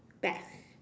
bats